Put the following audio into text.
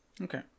Okay